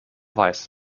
weiß